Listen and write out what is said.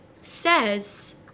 says